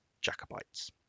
Jacobites